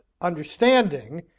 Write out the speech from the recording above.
understanding